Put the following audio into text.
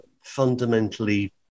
fundamentally